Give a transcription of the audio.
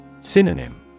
Synonym